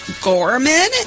Gorman